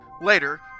Later